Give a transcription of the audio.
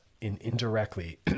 indirectly